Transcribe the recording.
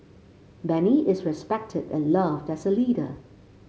Benny is respected and loved as a leader